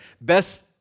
Best